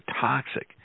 toxic